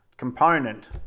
component